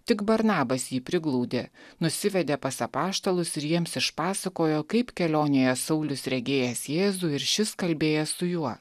tik barnabas jį priglaudė nusivedė pas apaštalus ir jiems išpasakojo kaip kelionėje saulius regėjęs jėzų ir šis kalbėjęs su juo